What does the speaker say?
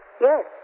Yes